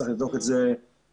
צריך לבדוק את זה מעשית.